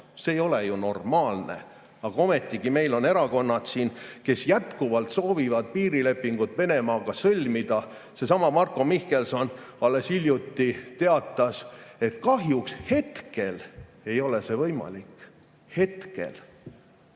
See ei ole ju normaalne! Aga ometigi meil on erakonnad siin, kes jätkuvalt soovivad piirilepingut Venemaaga sõlmida. Seesama Marko Mihkelson alles hiljuti teatas, et kahjuks hetkel ei ole see võimalik. Hetkel.